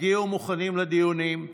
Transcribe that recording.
הגיעו מוכנים לדיונים,